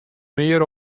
mear